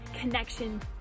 connection